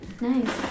nice